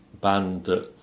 band